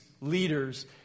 leaders